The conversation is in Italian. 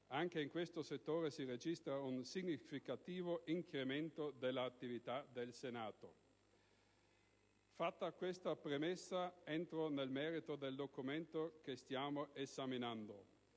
Anche in questo settore si registra un significativo incremento dell'attività del Senato. Ciò premesso, entro nel merito del documento che stiamo esaminando.